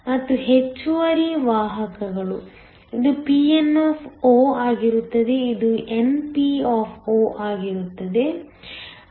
ಮತ್ತು ಹೆಚ್ಚುವರಿ ವಾಹಕಗಳು ಇದು pn ಆಗಿರುತ್ತದೆ ಇದು np ಆಗಿರುತ್ತದೆ